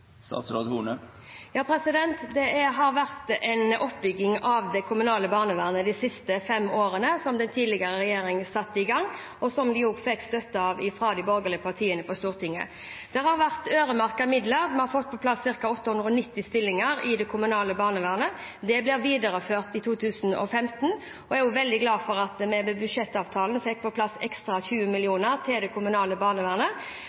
Det har vært en oppbygging av det kommunale barnevernet de siste fem årene, som den tidligere regjeringen satte i gang, og som de også fikk støtte for fra de borgerlige partiene på Stortinget. Det har vært øremerkede midler, og vi har fått på plass ca. 890 stillinger i det kommunale barnevernet. Det blir videreført i 2015, og jeg er også veldig glad for at vi med budsjettavtalen fikk på plass ekstra 20 mill. kr til det kommunale barnevernet.